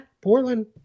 Portland